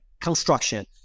construction